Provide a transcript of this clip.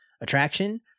attraction